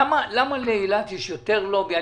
למה לאילת יש יותר לובינג?